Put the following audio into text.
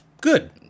good